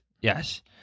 yes